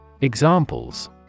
Examples